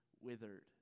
withered